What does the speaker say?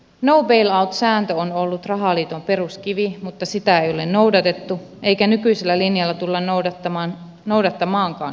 no bail out sääntö on ollut rahaliiton peruskivi mutta sitä ei ole noudatettu eikä nykyisellä linjalla tulla noudattamaankaan pitkään aikaan